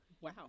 Wow